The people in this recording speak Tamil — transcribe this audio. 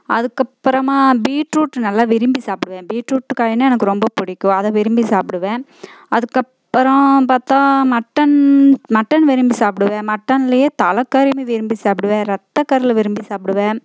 அதுக்கப்புறமா பீட்ரூட் நல்லா விரும்பி சாப்பிடுவேன் பீட்ரூட் காய்னால் எனக்கு ரொம்ப பிடிக்கும் அதை விரும்பி சாப்பிடுவேன் அதுக்கப்புறம் பார்த்தா மட்டன் மட்டன் விரும்பி சாப்பிடுவேன் மட்டன்லேயே தலைக்கறி நான் விரும்பி சாப்பிடுவேன் ரத்தக் கறியை விரும்பி சாப்பிடுவேன்